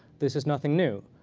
this is nothing new.